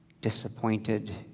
disappointed